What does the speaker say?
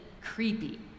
creepy